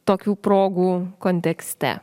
tokių progų kontekste